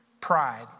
Pride